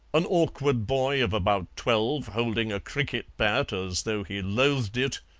an awkward boy of about twelve, holding a cricket bat as though he loathed it,